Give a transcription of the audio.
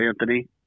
Anthony